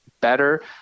better